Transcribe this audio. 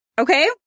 Okay